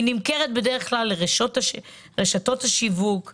היא נמכרת בדרך כלל לרשתות השיווק ולירקניות,